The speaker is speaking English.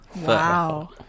Wow